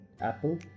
Apple